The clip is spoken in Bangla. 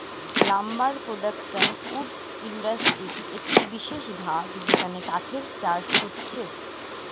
লাম্বার প্রোডাকশন উড ইন্ডাস্ট্রির গটে বিশেষ ভাগ যেখানে কাঠের চাষ হতিছে